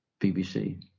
BBC